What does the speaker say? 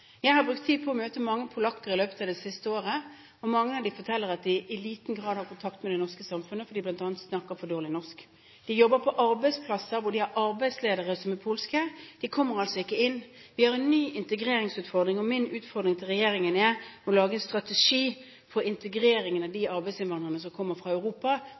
Jeg har brukt tid på å møte mange polakker i løpet av det siste året, og mange av dem forteller at de i liten grad har kontakt med det norske samfunnet fordi de bl.a. snakker for dårlig norsk. De jobber på arbeidsplasser hvor de har arbeidsledere som er polske – og de kommer altså ikke inn. Vi har en ny integreringsutfordring, og min utfordring til regjeringen er å lage en strategi for integreringen av de arbeidsinnvandrerne som kommer fra Europa,